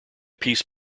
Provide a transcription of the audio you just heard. peace